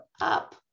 up